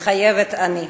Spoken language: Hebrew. מתחייבת אני.